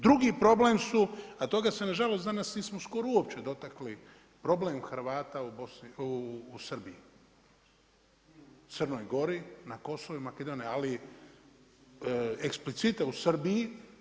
Drugi problem su a toga se nažalost, danas nismo skoro uopće dotakli, problem Hrvata u Srbiji, Crnoj Gori, na Kosovu, Makedoniji, ali eksplicite u Srbiji.